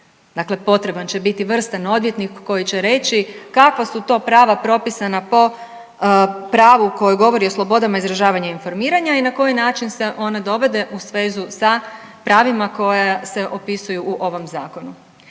Dakle potreban će biti vrstan odvjetnik koji će reći kakva su to prava propisana po pravu koje govori o slobodama izražavanja i informiranja i na koji način se ona dovode u svezu sa pravima koja se opisuju u ovom Zakonu.